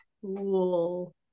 Cool